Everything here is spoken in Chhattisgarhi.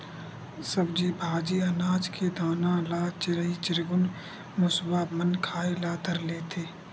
सब्जी भाजी, अनाज के दाना ल चिरई चिरगुन, मुसवा मन खाए ल धर लेथे